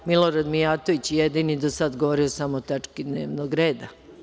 Milorad Mijatović je jedini do sada govorio samo o tački dnevnog reda.